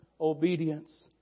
obedience